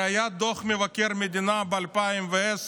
הרי היה דוח מבקר המדינה ב-2010,